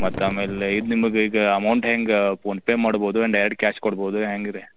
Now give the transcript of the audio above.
ಮತ್ತು ಆಮೇಲೆ ಇದು ನಿಮಗೆ ಈಗ ಅಮೌಂಟ್ ಹೆಂಗೆ ಫೋನ್ಪೇ ಮಾಡ್ಬೋದು ಆ್ಯಂಡ್ ಡೈರೆಕ್ಟ್ ಕ್ಯಾಶ್ ಕೊಡ್ಬೋದು ಹೆಂಗರೆ